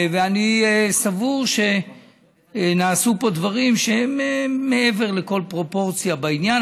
ואני סבור שנעשו פה דברים שהם מעבר לכל פרופורציה בעניין,